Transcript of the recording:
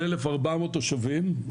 של 1,400 תושבים,